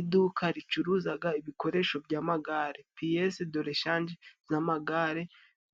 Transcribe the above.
Iduka ricuruzaga ibikoresho by'amagare piyese doreshanje n'amagare